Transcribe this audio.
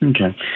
Okay